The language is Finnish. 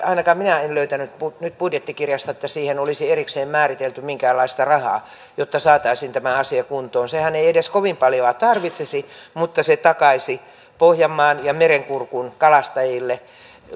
ainakaan minä en löytänyt nyt budjettikirjasta että siihen olisi erikseen määritelty minkäänlaista rahaa jotta saataisiin tämä asia kuntoon sehän ei ei edes kovin paljoa tarvitsisi mutta se takaisi pohjanmaan ja merenkurkun kalastajille